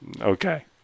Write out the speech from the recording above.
Okay